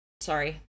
Sorry